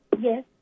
Yes